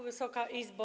Wysoka Izbo!